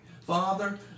Father